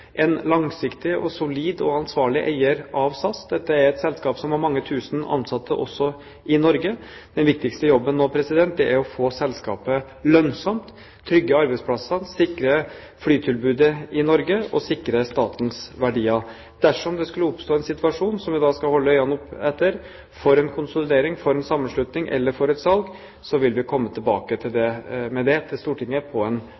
en langsiktig, solid og ansvarlig eier av SAS. Dette er et selskap som har mange tusen ansatte, også i Norge. Den viktigste jobben nå er å få selskapet lønnsomt, trygge arbeidsplassene, sikre flytilbudet i Norge og sikre statens verdier. Dersom det skulle oppstå en situasjon – som jeg skal holde øynene åpne for – for en konsolidering, for en sammenslutning eller for et salg, vil vi komme tilbake med det til Stortinget på en